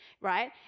right